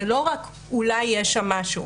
זה לא רק, אולי יש שם משהו.